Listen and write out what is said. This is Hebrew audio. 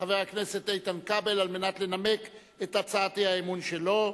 חבר הכנסת איתן כבל, לנמק את הצעת האי-אמון שלו.